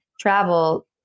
travel